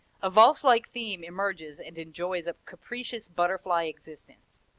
a valse-like theme emerges and enjoys a capricious, butterfly existence.